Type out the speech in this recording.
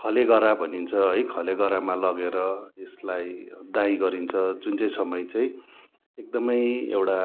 खलेगरा भनिन्छ है खलेगरोमा लगेर यसलाई दाइँ गरिन्छ जुन चाहिँ समय चाहिँ एकदमै एउटा